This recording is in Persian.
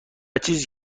چیزی